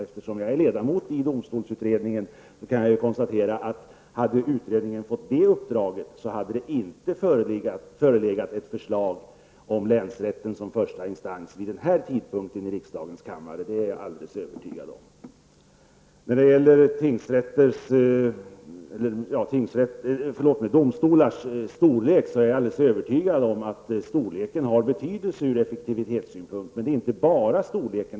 Eftersom jag är ledamot i domstolsutredningen kan jag konstatera att om utredningen hade fått det uppdraget hade det inte förelegat ett förslag om länsrätten som första instans vid den här tidpunkten i riksdagens kammare. Det är jag helt övertygad om. När det gäller domstolar är jag övertygad om att storleken har betydelse ur effektivitetssynpunkt. Men det handlar inte bara om storleken.